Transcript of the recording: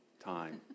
time